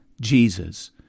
jesus